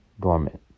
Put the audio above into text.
dormant